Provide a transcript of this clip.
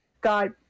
god